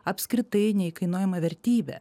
apskritai neįkainojama vertybė